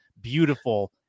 beautiful